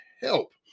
help